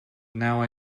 now